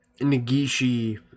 Nagishi